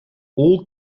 all